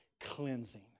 cleansing